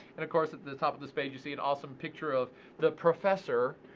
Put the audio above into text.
and, of course, at the top of this page, you see an awesome picture of the professor.